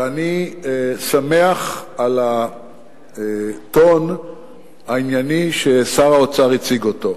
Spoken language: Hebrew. ואני שמח על הטון הענייני שבו שר האוצר הציג אותו.